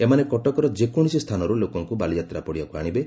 ଏମାନେ କଟକର ଯେକୌଣସି ସ୍ଥାନରୁ ଲୋକଙ୍ଙୁ ବାଲିଯାତ୍ରା ପଡିଆକୁ ଆଶିବେ